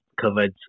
covered